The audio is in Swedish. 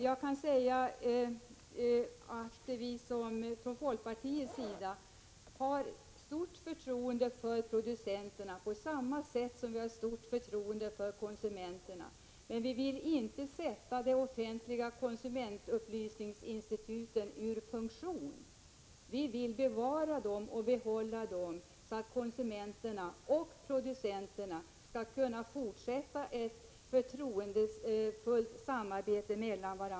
Jag kan säga att vi från folkpartiets sida har stort förtroende för producenterna på samma sätt som vi har stort förtroende för konsumenterna, men vi vill inte sätta det offentliga konsumentupplysningsinstitutet ur funktion. Vi vill bevara det, så att konsumenter och producenter skall kunna fortsätta ett förtroendefullt samarbete.